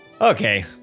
Okay